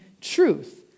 truth